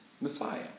Messiah